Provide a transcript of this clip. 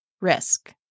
risk